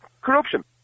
Corruption